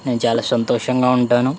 నేను చాలా సంతోషంగా ఉంటాను